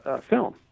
film